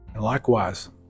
Likewise